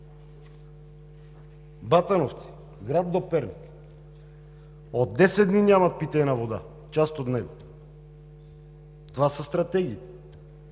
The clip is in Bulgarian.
Батановци, град до Перник, от десет дни нямат питейна вода, част от него. Това са стратегии!